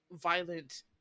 violent